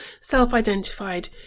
self-identified